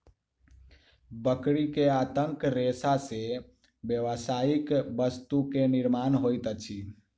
बकरी के आंतक रेशा से व्यावसायिक वस्तु के निर्माण होइत अछि